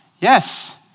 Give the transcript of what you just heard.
Yes